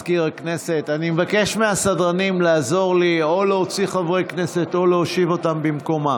היערכות לאומית להתמודדות עם אסונות אקולוגיים ימיים.